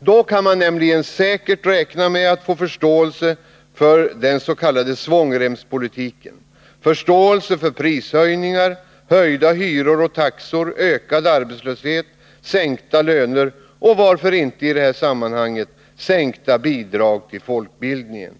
Då kan man nämligen säkert räkna med att få förståelse för den s.k. svångremspolitiken — förståelse för prishöjningar, höjda hyror och taxor, ökad arbetslöshet, sänkta löner och varför inte också sänkta bidrag till folkbildningen.